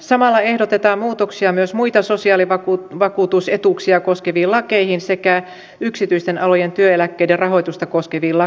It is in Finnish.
samalla ehdotetaan muutoksia myös muita sosiaalivakuutusetuuksia koskeviin lakeihin sekä yksityisten alojen työeläkkeiden rahoitusta koskeviin lakeihin